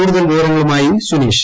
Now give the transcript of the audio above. കൂടുതൽ വിവരങ്ങളുമായി സുനീഷ്